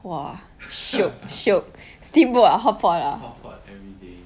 !wah! shiok shiok steamboat ah hotpot ah